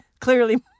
Clearly